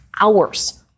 hours